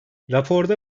raporda